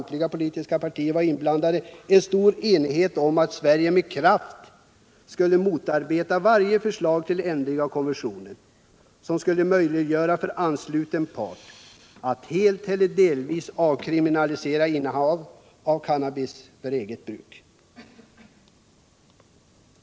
Samtliga politiska partier var inblandade, och där nåddes en stor enighet om att Sverige med kraft skulle motarbeta varje förslag till ändring av konventionen, som skulle möjliggöra för ansluten part att helt eller delvis avkriminalisera innehav av cannabis för ”eget bruk”.